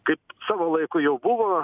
kaip savo laiku jau buvo